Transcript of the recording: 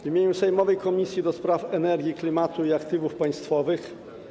W imieniu sejmowej Komisji do Spraw Energii, Klimatu i Aktywów Państwowych.